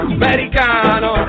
americano